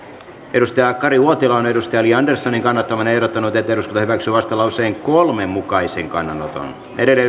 kari uotila on li anderssonin kannattamana ehdottanut että eduskunta hyväksyy vastalauseen kolmen mukaisen kannanoton